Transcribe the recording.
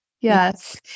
Yes